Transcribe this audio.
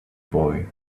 boy